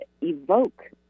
evoke